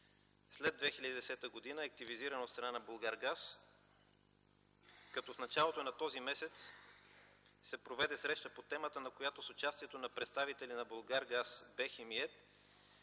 след 2010 г. е активизиран от страна на „Булгаргаз”, като в началото на този месец се проведе среща по темата, на която с участието на представители на „Булгаргаз”,